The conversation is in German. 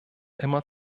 immer